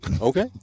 Okay